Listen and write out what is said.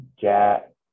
jack